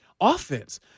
offense